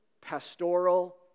pastoral